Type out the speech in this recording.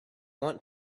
want